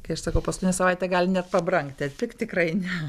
kai aš sakau paskutinę savaitę gali net pabrangti atpigt tikrai ne